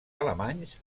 alemanys